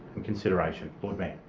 and consideration. lord mayor.